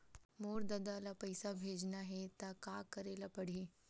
मोर ददा ल पईसा भेजना हे त का करे ल पड़हि?